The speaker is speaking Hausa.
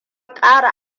ƙara